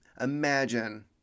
Imagine